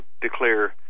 declare